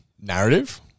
narrative